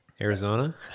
Arizona